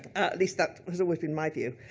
least that has always been my view.